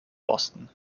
boston